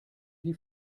die